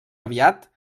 aviat